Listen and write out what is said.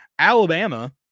Alabama